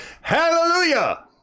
Hallelujah